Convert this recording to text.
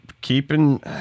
keeping